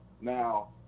Now